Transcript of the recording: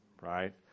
right